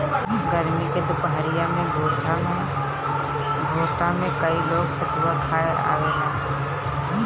गरमी के दुपहरिया में घोठा पे कई लोग सतुआ खाए आवेला